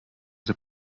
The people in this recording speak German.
der